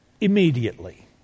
immediately